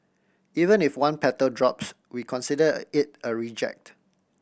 even if one petal drops we consider it a reject